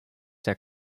der